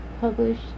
published